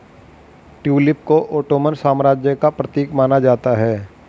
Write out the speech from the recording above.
tulip को Ottoman साम्राज्य का प्रतीक माना जाता है